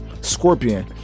Scorpion